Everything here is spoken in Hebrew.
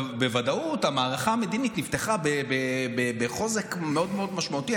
בוודאות המערכה המדינית נפתחה בחוזק מאוד מאוד משמעותי.